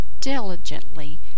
diligently